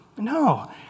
No